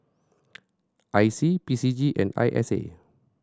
I C P C G and I S A